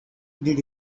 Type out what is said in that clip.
did